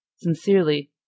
Sincerely